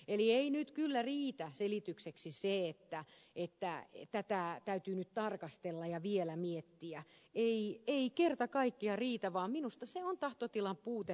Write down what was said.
eli ei nyt kyllä riitä selitykseksi se että tätä täytyy nyt tarkastella ja vielä miettiä ei kerta kaikkiaan riitä vaan minusta se on tahtotilan puutetta